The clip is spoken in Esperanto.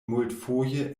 multfoje